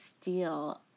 steal